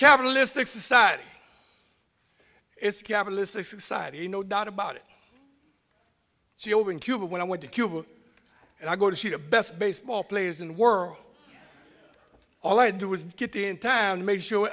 capitalistic society it's capitalistic society no doubt about it she opened cuba when i went to cuba and i go to see the best baseball players in the world all i do is get in town make sure